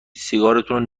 سیگارتونو